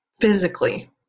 physically